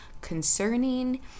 concerning